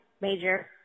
major